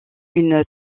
une